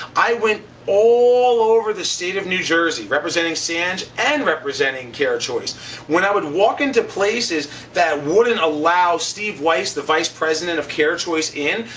i went all over the state of new jersey representing sage and representing carechoice. when i would walk into places that wouldn't allow steve weiss, the vice president of carechoice in,